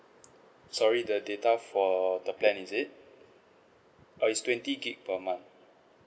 sorry the data for the plan is it err it's twenty gigabyte per month